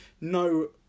no